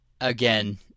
again